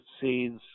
seeds